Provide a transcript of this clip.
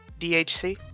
DHC